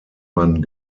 man